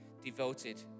devoted